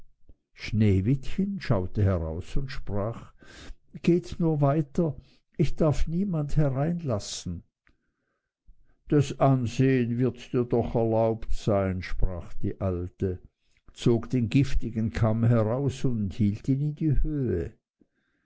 sneewittchen schaute heraus und sprach geht nur weiter ich darf niemand hereinlassen das ansehen wird dir doch erlaubt sein sprach die alte zog den giftigen kamm heraus und hielt ihn in die höhe